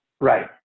Right